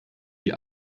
die